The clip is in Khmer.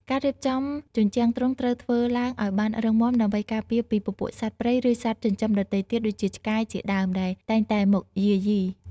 ការរៀបចំជញ្ជាំងទ្រុងត្រូវធ្វើឡើងឲ្យបានរឹងមាំដើម្បីការពារពីពពួកសត្វព្រៃឬសត្វចិញ្ចឹមដទៃទៀតដូចជាឆ្កែជាដើមដែលតែងតែមកយាយី។